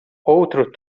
outro